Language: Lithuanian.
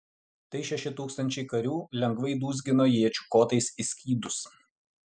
tai šeši tūkstančiai karių lengvai dūzgino iečių kotais į skydus